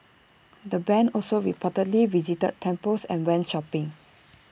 the Band also reportedly visited temples and went shopping